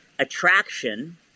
attraction